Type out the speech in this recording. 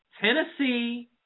Tennessee